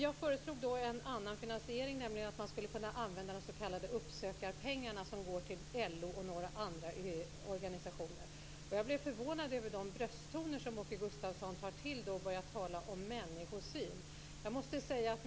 Jag föreslog då en annan finansiering, nämligen att man skulle kunna använda de s.k. uppsökarpengar som går till LO och några andra organisationer. Jag blev förvånad över de brösttoner som Åke Gustavsson tog till när han började tala om människosyn.